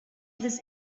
this